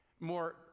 More